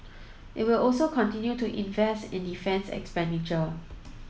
it will also continue to invest in defence expenditure